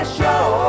show